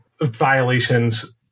violations